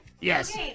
Yes